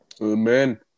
Amen